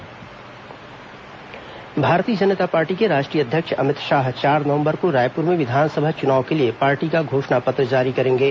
अमित शाह दौरा भारतीय जनता पार्टी के राष्ट्रीय अध्यक्ष अमित शाह चार नवंबर को रायपुर में विधानसभा चुनाव के लिए पार्टी का घोषणा पत्र जारी करेंगे